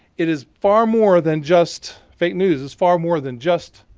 it is far more than just fake news is far more than just